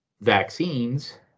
vaccines